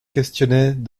questionnaient